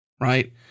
Right